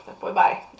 Bye-bye